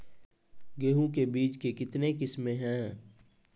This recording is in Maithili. गेहूँ के बीज के कितने किसमें है?